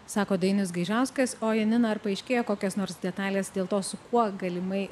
sako dainius gaižauskas o janina ar paaiškėjo kokios nors detalės dėl to su kuo galimai